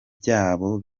byabo